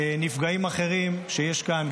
נפגעים אחרים שיש כאן,